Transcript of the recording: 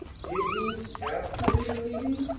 did he have to lead a meeting?